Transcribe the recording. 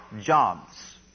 jobs